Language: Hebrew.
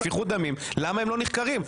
לשפיכות דמים ולמה הם לא נחקרים?